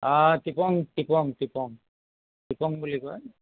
অ' টিপং টিপং টিপং টিপং বুলি কয়